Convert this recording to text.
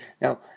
Now